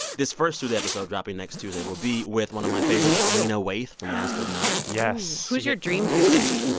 this first tuesday episode, dropping next tuesday, will be with one of my favorites, lena waithe from master of none. yes oh, who's your dream tuesday?